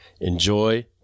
enjoy